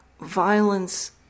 Violence